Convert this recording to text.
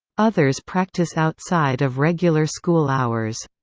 others practice outside of regular school hours.